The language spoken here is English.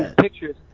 pictures